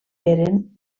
eren